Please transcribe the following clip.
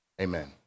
amen